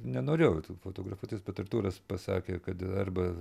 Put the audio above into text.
nenorėjo fotografuotis bet artūras pasakė kad arba